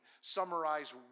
summarize